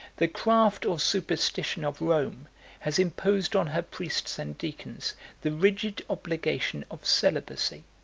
the craft or superstition of rome has imposed on her priests and deacons the rigid obligation of celibacy